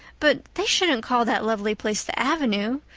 but they shouldn't call that lovely place the avenue.